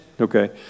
Okay